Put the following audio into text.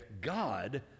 God